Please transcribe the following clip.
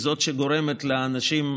היא שגורמת לאנשים,